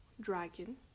dragon